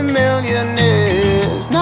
millionaires